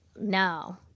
No